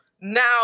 now